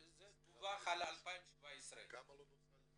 זה דווח על 2017. כמה לא נוצל?